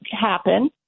happen